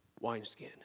wineskin